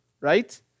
right